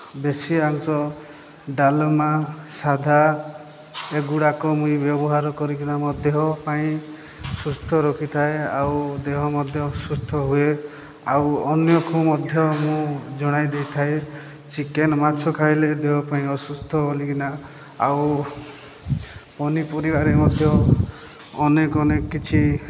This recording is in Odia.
ବେଶୀ ଅଂଶ ଡାଲ୍ମା ସାଧା ଏଗୁଡ଼ାକ ମୁଇଁ ବ୍ୟବହାର କରିକିନା ମୋ ଦେହ ପାଇଁ ସୁସ୍ଥ ରଖିଥାଏ ଆଉ ଦେହ ମଧ୍ୟ ସୁସ୍ଥ ହୁଏ ଆଉ ଅନ୍ୟକୁ ମଧ୍ୟ ମୁଁ ଜଣାଇ ଦେଇଥାଏ ଚିକେନ୍ ମାଛ ଖାଇଲେ ଦେହ ପାଇଁ ଅସୁସ୍ଥ ବୋଲିକିନା ଆଉ ପନିପରିବାରେ ମଧ୍ୟ ଅନେକ ଅନେକ କିଛି